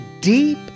deep